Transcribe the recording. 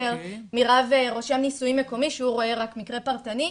מרב רושם נישואים מקומי שהוא רואה רק מקרה פרטני,